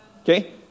Okay